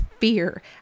fear